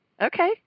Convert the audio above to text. Okay